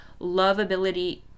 Loveability